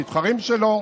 המתחרים שלו,